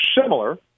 similar